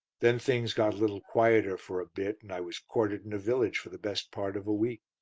then things got a little quieter for a bit, and i was quartered in a village for the best part of a week.